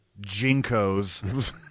jinkos